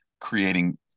creating